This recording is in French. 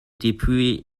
depuis